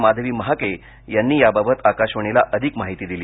माधवी महाके यांनी याबाबत आकाशवाणीला अधिक माहिती दिली